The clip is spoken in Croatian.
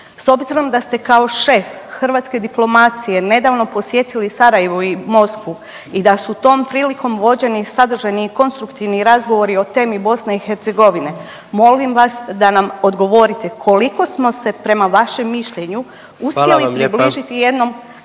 S obzirom da ste kao šef hrvatske diplomacije nedavno posjetili Sarajevo i Moskvu i da su tom prilikom vođeni sadržajni i konstruktivni razgovori o temi BiH molim vas da nam odgovorite koliko smo se prema vašem mišljenju uspjeli …/Upadica: